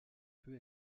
peu